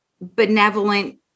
benevolent